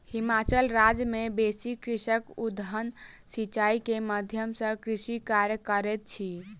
हिमाचल राज्य मे बेसी कृषक उद्वहन सिचाई के माध्यम सॅ कृषि कार्य करैत अछि